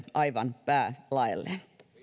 aivan päälaelleen